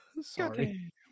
Sorry